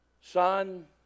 son